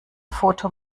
foto